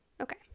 okay